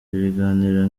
ibiganiro